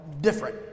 different